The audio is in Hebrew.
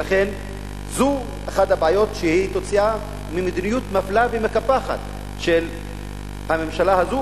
ולכן זו אחת הבעיות שהיא תוצאה של מדיניות מפלה ומקפחת של הממשלה הזאת,